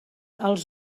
els